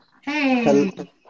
Hey